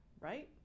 right